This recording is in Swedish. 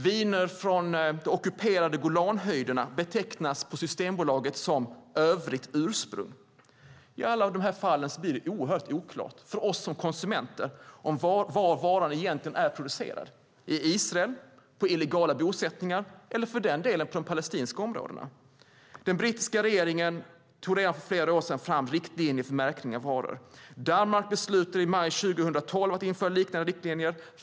Viner från de ockuperade Golanhöjderna betecknas på Systembolaget som "övrigt ursprung". I alla de här fallen blir det mycket oklart för oss som konsumenter var varan egentligen är producerad. Är den producerad i Israel, på illegala bosättningar eller på de palestinska områdena? Den brittiska regeringen tog redan för flera år sedan fram riktlinjer för märkning av varor. Danmark beslutade i maj 2012 att införa liknande riktlinjer.